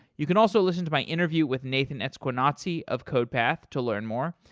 you could also listen to my interview with nathan esquenazi of codepath to learn more,